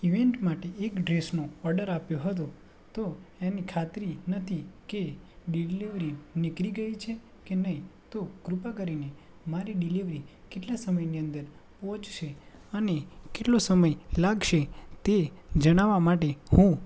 event માટે એક dress આપ્યો હતો તો એની ખાતરી નથી કે ડિલિવરી નીકળી ગઈ છે કે નહિ તો કૃપા કરીને મારી ડિલિવરી કેટલા સમયની અંદર પહોંચશે અને કેટલો સમય લાગશે તે જણાવવા માટે હું